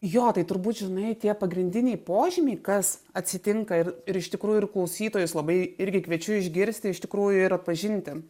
jo tai turbūt žinai tie pagrindiniai požymiai kas atsitinka ir ir iš tikrųjų ir klausytojus labai irgi kviečiu išgirsti iš tikrųjų ir atpažinti